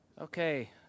Okay